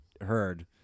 heard